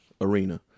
arena